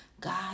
God